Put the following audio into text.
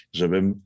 żebym